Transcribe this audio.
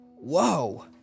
whoa